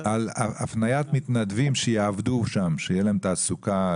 על הפניית מתנדבים שיעבדו שם על מנת שתהיה להם תעסוקה.